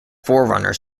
forerunners